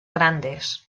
grandes